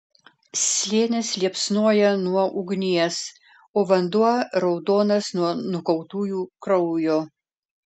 slėnis liepsnoja nuo ugnies o vanduo raudonas nuo nukautųjų kraujo